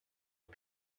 for